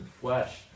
flesh